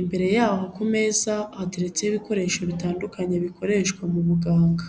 imbere yabo ku meza hateretseho ibikoresho bitandukanye bikoreshwa mu buganga.